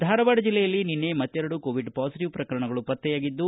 ಧಾರವಾಡ ಜಿಲ್ಲೆಯಲ್ಲಿ ನಿನ್ನೆ ಮತ್ತೆರಡು ಕೋವಿಡ್ ಪಾಸಿಟವ್ ಪ್ರಕರಣಗಳು ಪತ್ತೆಯಾಗಿದ್ದು